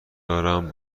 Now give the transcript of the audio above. دارم